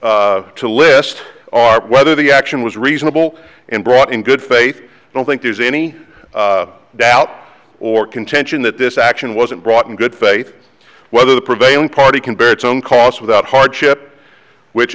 to to list art whether the action was reasonable and brought in good faith i don't think there's any doubt or contention that this action wasn't brought in good faith whether the prevailing party can bear its own costs without hardship which